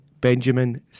Benjamin